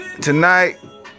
tonight